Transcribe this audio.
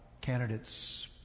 candidates